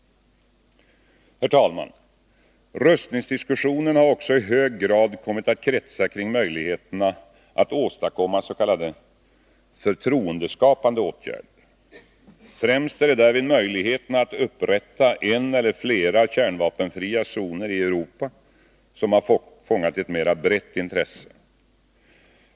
Herr talman! Rustningsdiskussionen har också i hög grad kommit att kretsa kring möjligheterna att åstadkomma s.k. förtroendeskapande åtgärder. Främst är det därvid möjligheterna att upprätta en eller flera kärnvapenfria zoner i Europa som har fångat ett mera brett intresse.